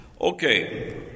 Okay